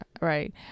right